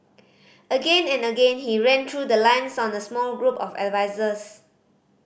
again and again he ran through the lines on the small group of advisers